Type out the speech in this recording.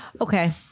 Okay